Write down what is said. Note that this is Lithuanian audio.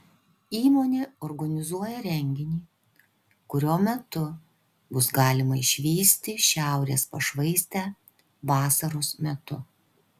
įmonė organizuoja renginį kurio metu bus galima išvysti šiaurės pašvaistę vasaros metu